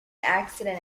accident